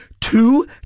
two